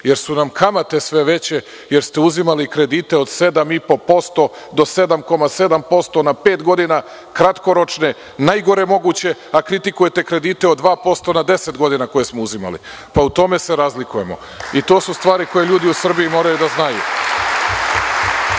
jer su nam kamate sve veće, jer ste uzimali kredite od 7,5% do 7,7% na pet godina, kratkoročne, najgore moguće, a kritikujete kredite od 2% na 10 godina koje smo uzimali. U tome se razlikujemo i to su stvari koje ljudi u Srbiji moraju da znaju. Rekli